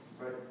Right